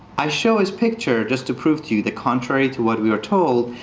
i show his picture just to prove to you that contrary to what we were told,